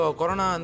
corona